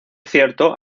cierto